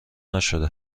نشده